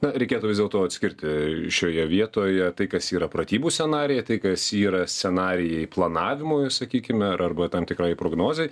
na reikėtų vis dėlto atskirti šioje vietoje tai kas yra pratybų scenarijai tai kas yra scenarijai planavimui sakykime arba tam tikrai prognozei